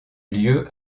lieu